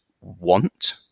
want